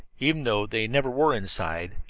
even though they never were inside